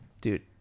Dude